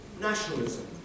nationalism